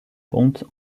ponte